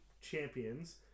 champions